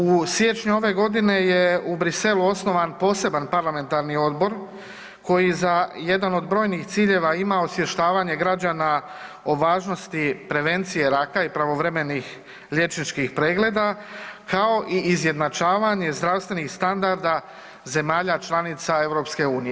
U siječnju ove godine je u Bruxellesu osnovan poseban parlamentarni odbor koji za jedan od brojnih ciljeva je imao osvještavanje građana o važnosti prevencije raka i pravovremenih liječničkih pregleda, kao i izjednačavanje zdravstvenih standarda zemalja članica EU.